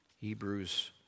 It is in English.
Hebrews